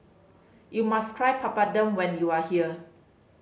you must try Papadum when you are here